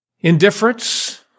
Indifference